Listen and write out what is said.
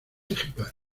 ejemplares